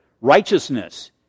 Righteousness